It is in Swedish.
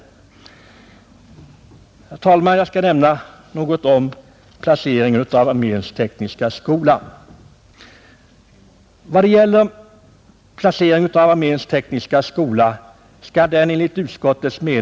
Herr talman! Jag skall sedan säga några ord om placeringen av arméns tekniska skola. Enligt utskottets mening skall arméns tekniska skola placeras i Östersund.